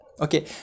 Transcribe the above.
okay